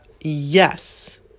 yes